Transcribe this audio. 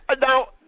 now